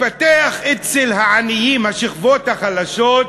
התפתח אצל העניים, השכבות החלשות,